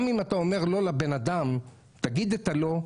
גם אם אתה אומר לבן אדם לא, תגיד את ה"לא",